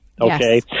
Okay